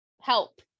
help